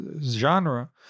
genre